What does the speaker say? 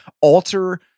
alter